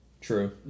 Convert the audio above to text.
True